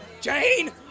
Jane